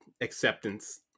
acceptance